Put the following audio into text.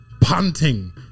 punting